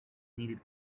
needed